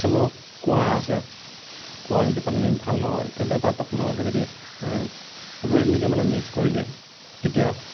কিছুমানৰ কুঁৱা আছে কুঁৱাৰ যদি পানী ভাল নহয় তেনেহ'লে তাত আপোনালোকে যদি ক্ল'ৰিন যদি মানে মিছ কৰি দিয়ে তেতিয়া